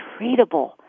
treatable